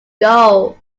goals